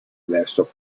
verso